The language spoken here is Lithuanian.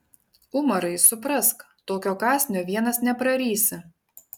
umarai suprask tokio kąsnio vienas neprarysi